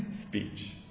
speech